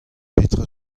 petra